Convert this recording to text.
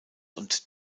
und